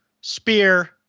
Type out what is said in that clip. spear